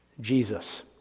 Jesus